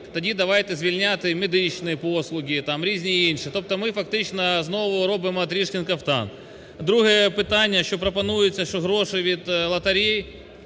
Тоді давайте звільняти медичні послуги, там різні інші, тобто ми фактично знову робимо "тришкин кафтан". Друге питання, що пропонується, що гроші від лотерей